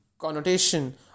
connotation